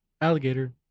alligator